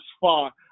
far